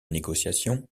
négociations